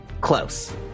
Close